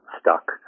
stuck